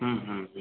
ம் ம் ம்